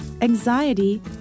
anxiety